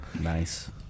Nice